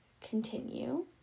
Continue